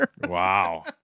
Wow